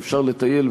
ואפשר לטייל,